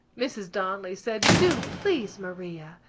mrs. donnelly said do, please, maria!